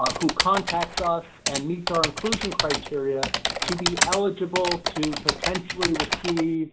who contacts us and meets our inclusion criteria to be eligible to potentially receive